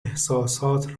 احساسات